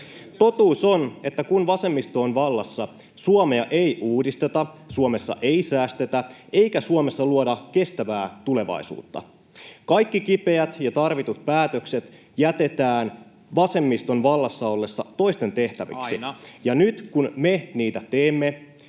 Totuus on, että kun vasemmisto on vallassa, Suomea ei uudisteta, Suomessa ei säästetä eikä Suomessa luoda kestävää tulevaisuutta. Kaikki kipeät ja tarvitut päätökset jätetään vasemmiston vallassa ollessa toisten tehtäviksi. [Miko